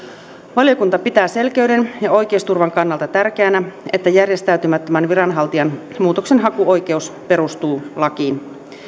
valiokunta pitää selkeyden ja oikeusturvan kannalta tärkeänä että järjestäytymättömän viranhaltijan muutoksenhakuoikeus perustuu lakiin